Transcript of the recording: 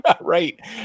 Right